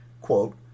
Quote